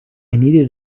needed